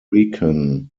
rican